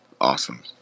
awesome